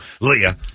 Leah